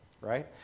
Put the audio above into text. right